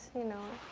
you know.